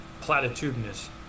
platitudinous